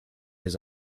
his